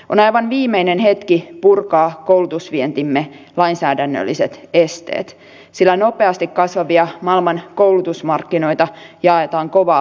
on aivan viimeinen hetki purkaa koulutusvientimme lainsäädännölliset esteet sillä nopeasti kasvavia maailman koulutusmarkkinoita jaetaan kovaa vauhtia